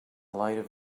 light